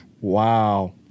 Wow